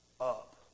up